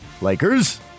Lakers